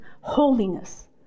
holiness